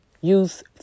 Use